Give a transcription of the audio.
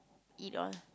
eat all